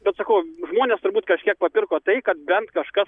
bet sakau žmones turbūt kažkiek papirko tai kad bent kažkas